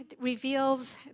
reveals